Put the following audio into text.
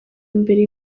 imbere